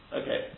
okay